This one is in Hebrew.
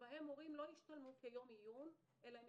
שבהם מורים לא ישתלמו כיום עיון אלא הם